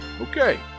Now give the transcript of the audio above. okay